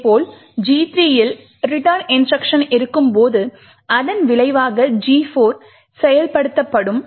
இதேபோல் G 3 இல் return instruction இருக்கும்போது அதன் விளைவாக G 4 செயல்படுத்தப்படும்